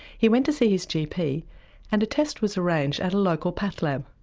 he went to see his gp and a test was arranged at a local path lab.